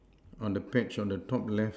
on the patch on the top left